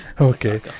okay